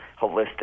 holistic